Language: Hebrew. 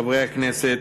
חברי הכנסת,